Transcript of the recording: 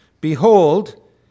Behold